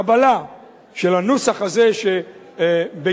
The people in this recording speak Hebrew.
קבלה של הנוסח הזה שבידי,